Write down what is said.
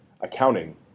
accounting